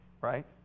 right